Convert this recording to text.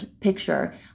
picture